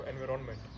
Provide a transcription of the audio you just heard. environment